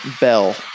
bell